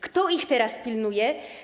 Kto ich teraz pilnuje?